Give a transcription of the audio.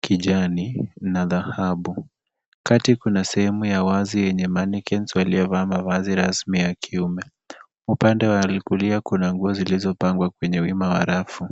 kijani na dhahabu. Kati kuna sehemu ya wazi yenye manicanes yaliyovaa mavazi rasmi ya kiume. Upande wa kulia kuna nguo zilizopangwa kwenye wima wa rafu.